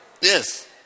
Yes